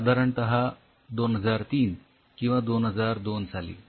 साधारणतः २००३ किंवा २००२ साली